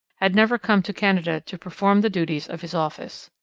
had never come to canada to perform the duties of his office.